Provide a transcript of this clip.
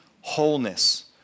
wholeness